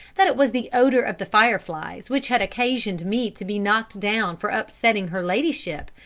that it was the odour of the fire-flies which had occasioned me to be knocked down for upsetting her ladyship,